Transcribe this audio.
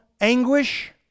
anguish